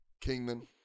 Kingman